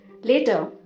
Later